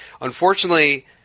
Unfortunately